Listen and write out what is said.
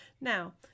Now